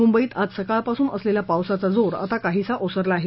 मुंबईत आज सकाळपासून असलेला पावसाचा जोर आता काहीसा ओसरला आहे